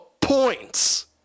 points